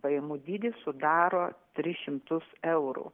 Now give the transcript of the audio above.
pajamų dydis sudaro tris šimtus eurų